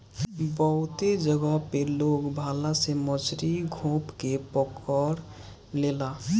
बहुते जगह पे लोग भाला से मछरी गोभ के पकड़ लेला